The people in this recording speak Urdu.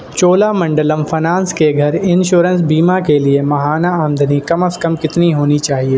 چولامنڈلم فنانس کے گھر انشورنس بیمہ کے لیے ماہانہ آمدنی کم از کم کتنی ہونی چاہیے